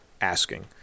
asking